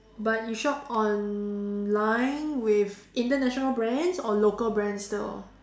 but you shop online with international brands or local brands still